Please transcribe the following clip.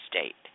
state